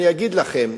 אני אגיד לכם.